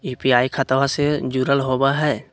UPI खतबा से जुरल होवे हय?